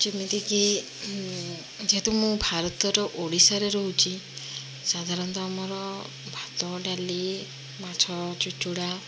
ଯେମିତିକି ଯେହେତୁ ମୁଁ ଭାରତର ଓଡ଼ିଶାରେ ରହୁଛି ସାଧାରଣତଃ ଆମର ଭାତ ଡାଲି ମାଛ ଚୁଚୁଡ଼ା